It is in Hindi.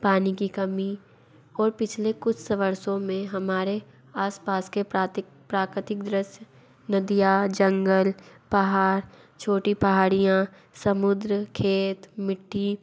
पानी की कमी और पिछले कुछ वर्षों में हमारे आसपास के प्राकितिक दृश्य नदियाँ जंगल पहाड़ छोटी पहाड़ियाँ समुद्र खेत मिट्टी